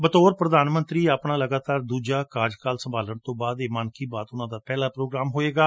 ਬਤੋਰ ਪ੍ਰਧਾਨਮੰਤਰੀ ਆਪਣਾ ਲਗਾਤਾਰ ਦੂਜਾ ਕਾਰਜਕਾਲ ਸੰਭਾਲਣ ਤੋਂ ਬਾਦ ਇਹ ਮਨ ਕੀ ਬਾਤ ਉਨ੍ਹਾਂ ਦਾ ਪਹਿਲਾ ਪ੍ਰੋਗਰਾਮ ਹੋਵੇਗਾ